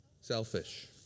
selfish